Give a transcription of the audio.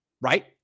right